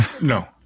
No